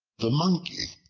the monkey,